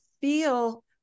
feel